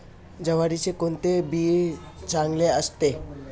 ज्वारीचे कोणते बी चांगले असते?